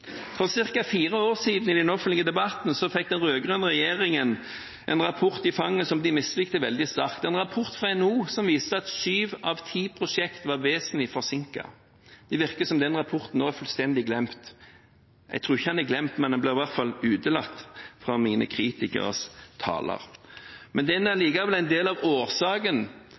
For ca. fire år siden i den offentlige debatten fikk den rød-grønne regjeringen en rapport i fanget som de mislikte veldig sterkt. Det var en rapport fra NHO som viste at sju av ti prosjekt var vesentlig forsinket. Det virker som den rapporten nå er fullstendig glemt. Jeg tror ikke den er glemt, men den ble i hvert utelatt fra mine kritikeres taler. Men den er likevel en del av årsaken